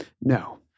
No